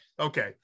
Okay